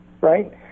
Right